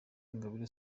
ingabire